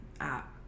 app